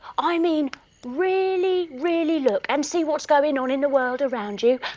i mean really really look and see what's going on in the world around you?